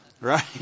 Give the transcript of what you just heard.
Right